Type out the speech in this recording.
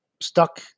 stuck